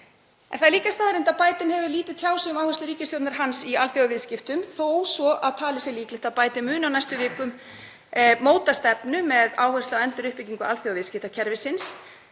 Það er líka staðreynd að Biden hefur lítið tjáð sig um áherslur ríkisstjórnar sinnar í alþjóðaviðskiptum þó svo að talið sé líklegt að Biden muni á næstu vikum móta stefnu með áherslu á enduruppbyggingu alþjóðaviðskiptakerfisins.